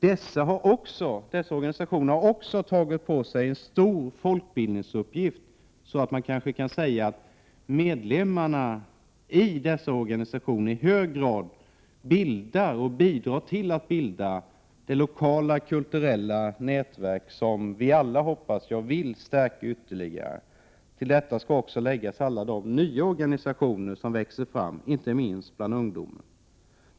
Dessa organisationer har också tagit på sig en så stor folkbildningsuppgift, att man kanske kan säga att medlemmarna i dessa organisationer i hög grad bidrar till att bilda det lokala kulturella nätverk som vi alla — hoppas jag - vill stärka. Till detta skall också läggas alla de nya organisationer som växer fram, inte minst bland ungdomen.